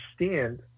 understand